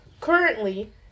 currently